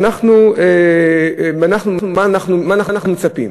מה אנחנו מצפים?